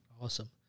Awesome